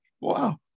Wow